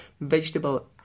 vegetable